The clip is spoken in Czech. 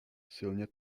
silně